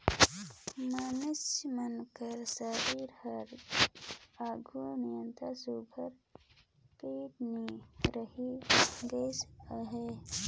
मइनसे मन कर सरीर हर आघु नियर सुग्घर पोठ नी रहि गइस अहे